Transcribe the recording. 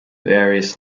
various